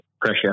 pressure